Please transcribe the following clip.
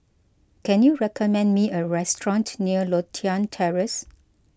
can you recommend me a restaurant near Lothian Terrace